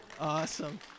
Awesome